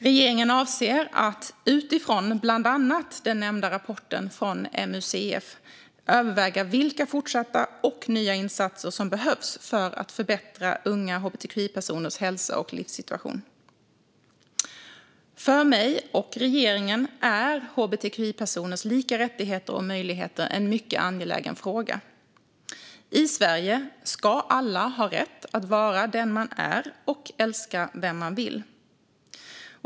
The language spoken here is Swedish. Regeringen avser att utifrån bland annat den nämnda rapporten från MUCF överväga vilka fortsatta och nya insatser som behövs för att förbättra unga hbtqi-personers hälsa och livssituation. För mig och regeringen är hbtqi-personers lika rättigheter och möjligheter en mycket angelägen fråga. I Sverige ska alla ha rätt att vara den man är och älska vem man vill.